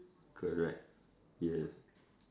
correct yes